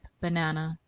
banana